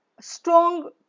strong